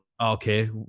Okay